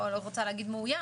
אני לא רוצה להלאות אותכם,